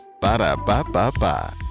Ba-da-ba-ba-ba